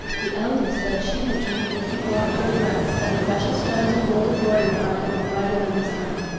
the eldest said she had dreamed that he brought her a dress, and the precious stones and gold embroidery on it were brighter than the sun.